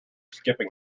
skipping